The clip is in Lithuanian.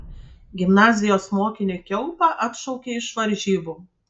gimnazijos mokinį kiaupą atšaukė iš varžybų